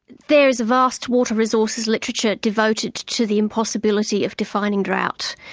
there is a vast water resources literature devoted to the impossibility of defining drought.